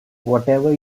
whatever